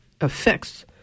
affects